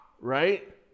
Right